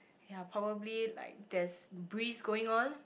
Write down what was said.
ya probably like there's breeze going on